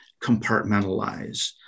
compartmentalize